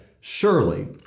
surely